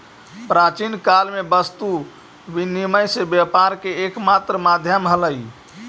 प्राचीन काल में वस्तु विनिमय से व्यापार के एकमात्र माध्यम हलइ